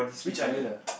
which island